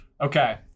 Okay